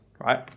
right